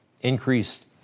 Increased